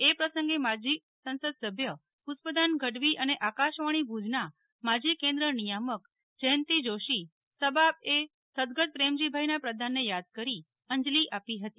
એ પ્રસંગે માજી સંસદ સભ્ય પુષ્પદાન ગઢવી અને આકાશવાણી ભુજના માજી કેન્દ્ર નિયામક જયંતી જોશી ઘબાબીએ સદગત પ્રેમજીભાઈના પ્રદાનને યાદ કરી અંજલી આપી ફતી